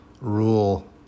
rule